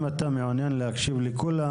אם אתה מעוניין להקשיב לכולם,